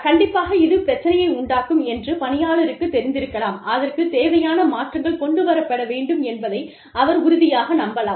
கண்டிப்பாக இது பிரச்சனையை உண்டாக்கும் என்று பணியாளருக்கு தெரிந்திருக்கலாம் அதற்குத் தேவையான மாற்றங்கள் கொண்டு வரப்பட வேண்டும் என்பதை அவர் உறுதியாக நம்பலாம்